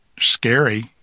scary